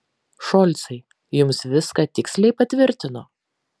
šolcai jums viską tiksliai patvirtino